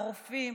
הרופאים,